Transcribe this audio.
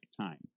time